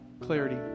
clarity